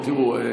תראו,